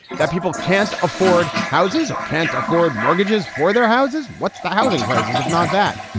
that people can't afford houses or can't afford mortgages for their houses? what's the housing crisis, if not that?